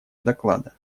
доклада